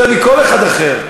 יותר מכל אחד אחר.